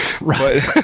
right